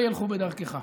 לא ילכו בדרכך.